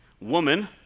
woman